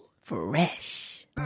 Fresh